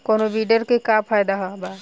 कौनो वीडर के का फायदा बा?